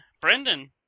Brendan